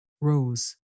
rose